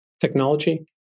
technology